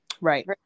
Right